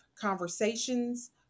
conversations